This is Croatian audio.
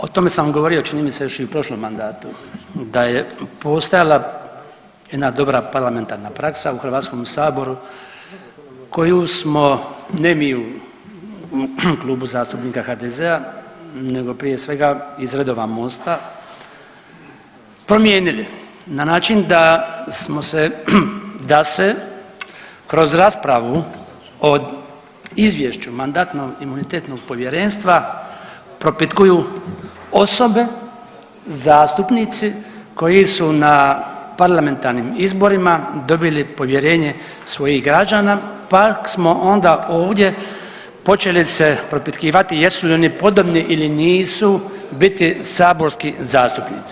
O tome sam govorio čini mi se još i u prošlom mandatu da je postojala jedna dobra parlamentarna praksa u Hrvatskom saboru koju smo ne mi u Klubu zastupnika HDZ-a, nego prije svega iz redova Mosta promijenili na način da smo se, da se kroz raspravu o izvješću MIP-a propitkuju osobe, zastupnici koji su na parlamentarnim izborima dobili povjerenje svojih građana, pa smo onda ovdje počeli se propitkivati jesu li oni podobni ili nisu biti saborski zastupnici.